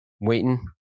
waiting